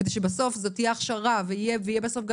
כדי שבסוף זאת תהיה הכשרה שבסוף שלה גם